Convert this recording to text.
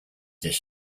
this